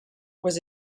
was